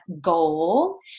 goal